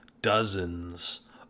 dozens